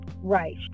Right